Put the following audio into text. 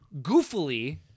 goofily